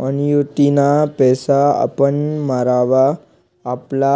ॲन्युटीना पैसा आपण मरावर आपला